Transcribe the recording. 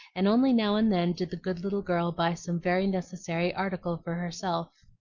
and only now and then did the good little girl buy some very necessary article for herself.